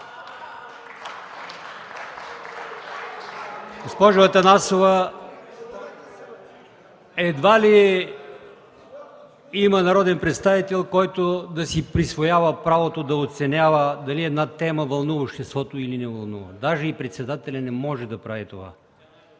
Госпожо Атанасова, едва ли има народен представител, който да си присвоява правото да оценява дали една тема вълнува обществото или не, даже и председателят не може да прави това.